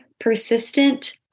persistent